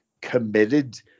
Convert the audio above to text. committed